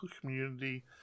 community